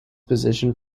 position